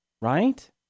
right